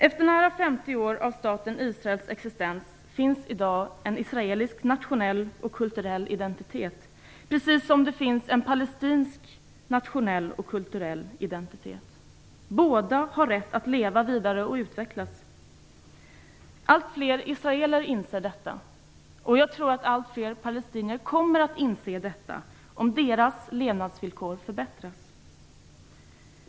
Efter nära 50 år av staten Israels existens finns i dag en israelisk nationell och kulturell identitet, precis som det finns en palestinsk nationell och kulturell identitet. Båda har rätt att leva vidare och utvecklas. Allt fler israeler inser detta, och jag tror att allt fler palestinier kommer att inse detta om deras levnadsvillkor förbättras.